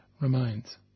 remains